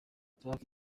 safi